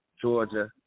Georgia